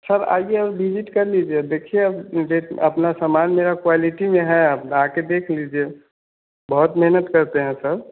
sir आइए हम visit कर लीजिए देखिए अब जैसे आप अपना सामान मेरा क्वालिटी में है अब आकर देख लीजिए बहुत मेहनत करते हैं सर